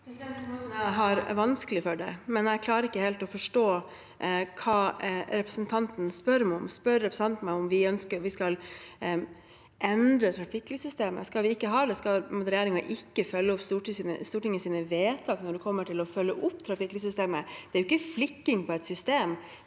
hende jeg har vanskelig for det, men jeg klarer ikke helt å forstå hva representanten Helleland spør meg om. Spør representanten meg om vi skal endre trafikklyssystemet? Skal vi ikke ha det? Skal ikke regjeringen følge opp Stortingets vedtak når det gjelder å følge opp trafikklyssystemet? Det er ikke flikking på et system